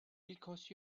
because